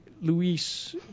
Luis